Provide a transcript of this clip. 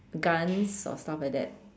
guns or stuff like that